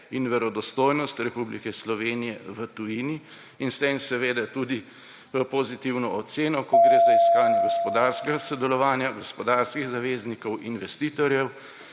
in verodostojnost Republike Slovenije v tujini. In s tem seveda tudi pozitivno oceno, ko gre za iskanje gospodarskega sodelovanja, gospodarskih zaveznikov, investitorjev